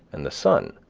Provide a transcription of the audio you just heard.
and the sun,